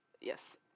yes